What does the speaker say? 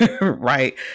right